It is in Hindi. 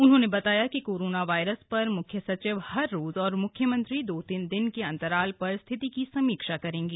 उन्होंने बताया कि कोरोना वायरस पर म्ख्य सचिव हर रोज और म्ख्यमंत्री दो तीन दिन के अंतराल पर स्थिति की समीक्षा करेंगे